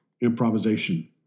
improvisation